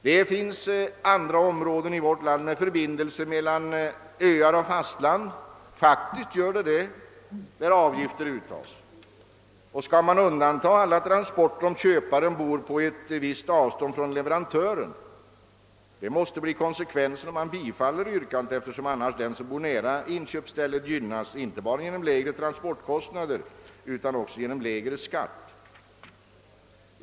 Det finns faktiskt andra områden i vårt land där det förekommer förbindelser mellan öar och fastlandet och där avgifter uttas. Ett bifall till det aktuella yrkandet måste få den konsekvensen att alla transporter undantas, där köparen bor på ett visst minimiavstånd från leverantören. Den som bor nära inköpsstället gynnas annars inte bara genom lägre transportkostnader utan också genom lägre skatt.